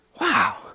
Wow